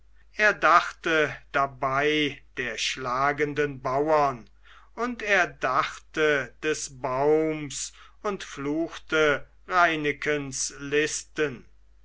er dachte dabei der schlagenden bauern und er dachte des baums und fluchte reinekens listen